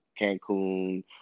Cancun